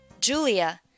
Julia